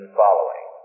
following